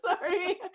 Sorry